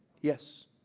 Yes